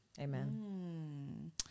amen